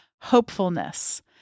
hopefulness